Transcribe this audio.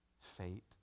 fate